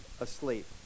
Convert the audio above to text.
asleep